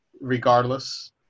regardless